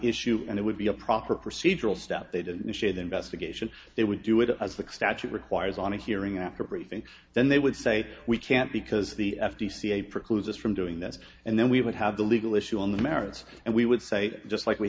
issue and it would be a proper procedural step they don't initiate the investigation they would do it as the statute requires on a hearing after briefing then they would say we can't because the f t c a precludes us from doing that and then we would have the legal issue on the merits and we would say just like we